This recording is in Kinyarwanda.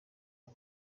ari